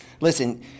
Listen